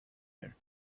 air